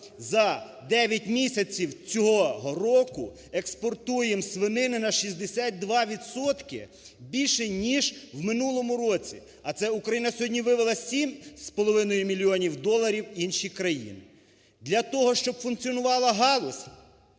за 9 місяців цього року експортуємо свинини на 62 відсотки більше ніж в минулому році. А це Україна сьогодні вивела 7,5 мільйонів доларів в інші країни. Для того, щоб функціонувала галузь,